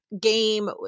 game